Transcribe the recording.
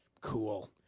Cool